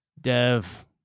Dev